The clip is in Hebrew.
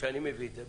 כשאני מביא את זה,